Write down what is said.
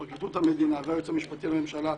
פרקליטות המדינה והיועץ המשפטי לממשלה,